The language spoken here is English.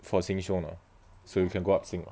for sheng siong ah so you can go up sing ah